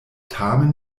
tamen